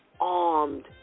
armed